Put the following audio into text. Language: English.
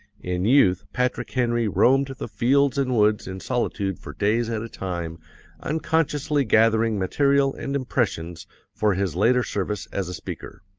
in youth patrick henry roamed the fields and woods in solitude for days at a time unconsciously gathering material and impressions for his later service as a speaker.